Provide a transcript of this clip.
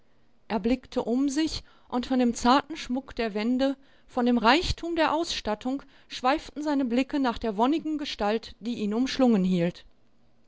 er blickte um sich und von dem zarten schmuck der wände von dem reichtum der ausstattung schweiften seine blicke nach der wonnigen gestalt die ihn umschlungen hielt